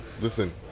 listen